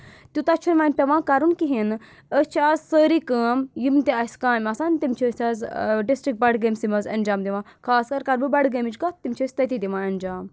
تیوٗتاہ چھِنہٕ وۄنۍ پیٚوان کَرُن کِہیٖنۍ نہٕ أسۍ چھِ اَز سٲری کٲم یِم تہِ آسہِ کامہِ آسان تِم چھِ أسۍ آز ڈِسٹرک بَڈگٲمسٕے منٛز انجام دِوان خاص کر کرٕ بہٕ بَڈگٲمِچ کَتھ تِم چھِ أسۍ تَتی دِوان انجام